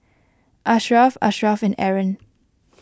Ashraff Ashraff and Aaron